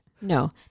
No